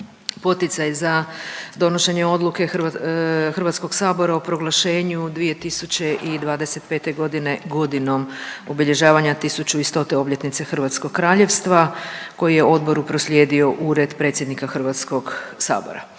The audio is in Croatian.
poticaj za donošenje odluke Hrvatskog sabora o proglašenju 2025. godine, Godinom obilježavanja 1100. obljetnice Hrvatskog kraljevstva, koji je odboru proslijedio Ured predsjednika Hrvatskog sabora.